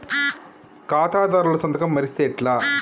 ఖాతాదారుల సంతకం మరిస్తే ఎట్లా?